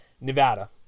Nevada